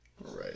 Right